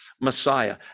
Messiah